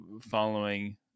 following